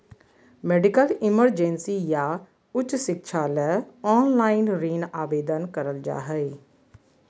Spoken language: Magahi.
मेडिकल इमरजेंसी या उच्च शिक्षा ले ऑनलाइन ऋण आवेदन करल जा हय